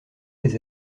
des